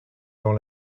dans